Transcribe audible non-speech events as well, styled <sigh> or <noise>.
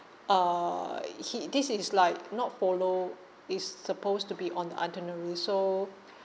uh <noise> he this is like not follow is supposed to be on the itinerary so